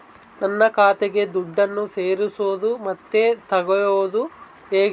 ನನ್ನ ಖಾತೆಗೆ ದುಡ್ಡನ್ನು ಸೇರಿಸೋದು ಮತ್ತೆ ತಗೊಳ್ಳೋದು ಹೇಗೆ?